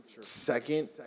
second